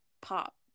pop